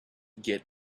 get